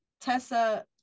Tessa